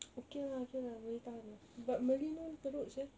okay lah okay lah boleh tahan lah but merlin [one] teruk [sial]